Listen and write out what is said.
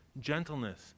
gentleness